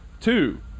Two